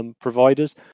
providers